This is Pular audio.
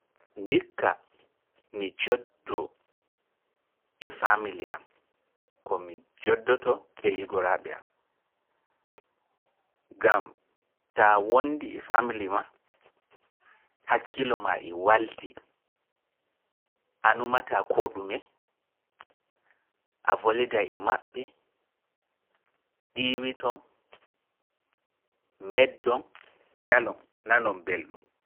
Ndikka mi joɗdoo e famili am, ko mi joɗdoto e higora�ɓe ɗiiwiton, meddon, jalon, nanon belɗum.